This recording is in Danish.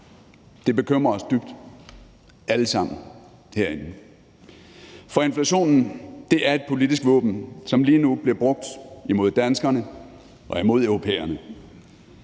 Det bekymrer os alle sammen dybt herinde. For inflationen er et politisk våben, som lige nu bliver brugt imod danskerne og europæerne,